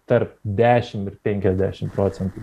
tarp dešimt ir penkiasdešimt procentų